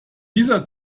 dieser